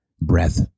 breath